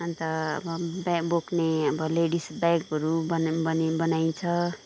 अन्त बो बोक्ने लेडिज ब्यागहरू भनौँ भने बनाइन्छ